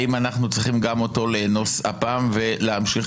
האם אנחנו צריכים גם אותו לאנוס הפעם ולהמשיך